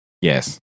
Yes